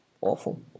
awful